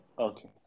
Okay